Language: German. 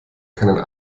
keinen